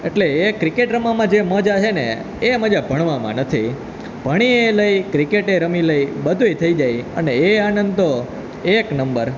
એટલે એ ક્રિકેટ રમવામાં જે મજા છેને એ મજા ભણવામાં નથી ભણીએ એટલે એ ક્રિકેટે રમી લઈ બધું થઈ જાય અને એ આનંદ તો એક નંબર